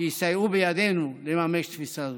שיסייעו בידינו לממש תפיסה זו.